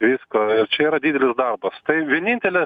visko čia yra didelis darbas tai vienintelė